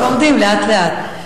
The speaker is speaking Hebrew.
לומדים לאט לאט.